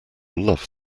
love